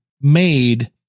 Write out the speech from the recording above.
made